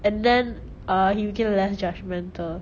and then err he became less judgemental